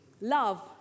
Love